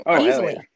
Easily